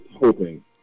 hoping